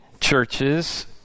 churches